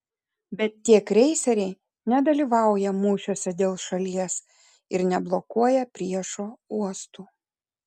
bet tie kreiseriai nedalyvauja mūšiuose dėl šalies ir neblokuoja priešo uostų